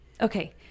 okay